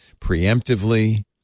preemptively